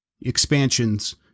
expansions